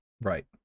Right